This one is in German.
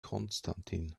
konstantin